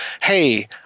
hey